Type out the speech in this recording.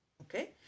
Okay